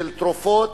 של תרופות